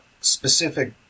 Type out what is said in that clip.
specific